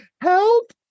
help